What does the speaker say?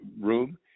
room